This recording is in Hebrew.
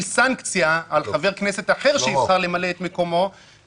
סנקציה על חבר כנסת אחר שיבחר למלא את מקומו,